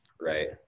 right